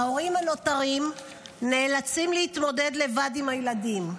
ההורים הנותרים נאלצים להתמודד לבד עם הילדים,